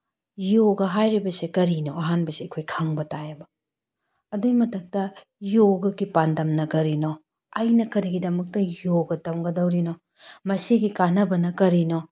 ꯌꯣꯒ ꯍꯥꯏꯔꯤꯕꯁꯦ ꯀꯔꯤꯅꯣ ꯑꯍꯥꯟꯕꯁꯤ ꯑꯩꯈꯣꯏ ꯈꯪꯕ ꯇꯥꯏꯌꯦꯕ ꯑꯗꯨꯏ ꯃꯊꯛꯇ ꯌꯣꯒꯒꯤ ꯄꯥꯟꯗꯝꯅ ꯀꯔꯤꯅꯣ ꯑꯩꯅ ꯀꯔꯤꯒꯤꯗꯃꯛꯇꯥ ꯌꯣꯒ ꯇꯝꯒꯗꯧꯔꯤꯅꯣ ꯃꯁꯤꯒꯤ ꯀꯥꯟꯅꯕꯅ ꯀꯔꯤꯅꯣ